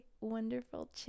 wonderful